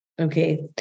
Okay